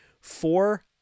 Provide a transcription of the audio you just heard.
Four